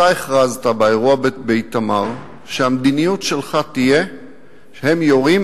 אתה הכרזת באירוע באיתמר שהמדיניות שלך תהיה שהם יורים,